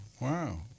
wow